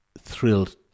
thrilled